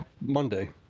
Monday